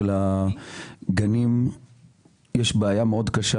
בגנים יש בעיה קשה מאוד,